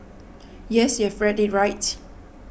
yes you've read it right